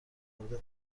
مورد